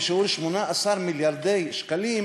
בשיעור 18 מיליארדי שקלים,